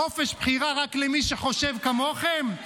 חופש בחירה רק למי שחושב כמוכם?